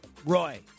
Roy